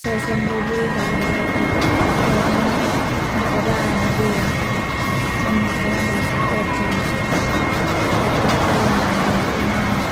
sesen lo bui dale leo te tok ndia nakodan belak a de namnako nabasa otolah so de pak tolong mai ho ho'u man de.